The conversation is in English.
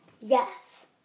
Yes